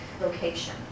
location